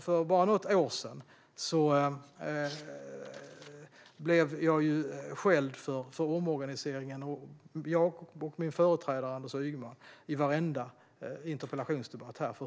För bara något år sedan fick jag och min företrädare Anders Ygeman skäll för hur felomorganiseringen var i varenda interpellationsdebatt här.